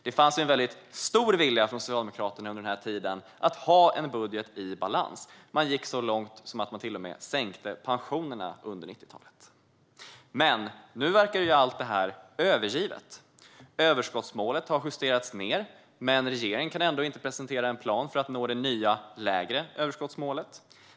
Det fanns en stor vilja från Socialdemokraterna under den här tiden att ha en budget i balans. Man gick så långt att man till och med sänkte pensionerna under 90-talet. Nu verkar allt detta övergivet. Överskottsmålet har justerats ned, men regeringen kan ändå inte presentera en plan för att nå det nya lägre överskottsmålet.